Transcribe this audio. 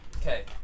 okay